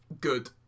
good